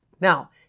Now